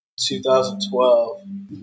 2012